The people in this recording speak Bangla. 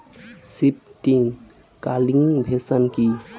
শিফটিং কাল্টিভেশন কি?